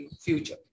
future